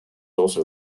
also